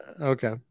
okay